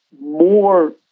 more